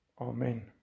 Amen